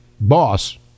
boss